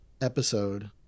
episode